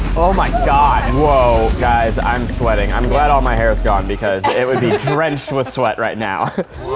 oh my god. and whoa! guys, i'm sweating. i'm glad all my hair's gone because it would be drenched with sweat right now.